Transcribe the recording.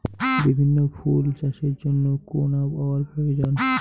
বিভিন্ন ফুল চাষের জন্য কোন আবহাওয়ার প্রয়োজন?